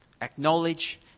Acknowledge